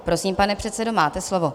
Prosím, pane předsedo, máte slovo.